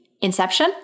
inception